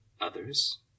others